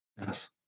yes